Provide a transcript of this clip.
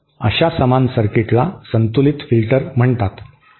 अशा समान सर्किटला संतुलित फिल्टर म्हणतात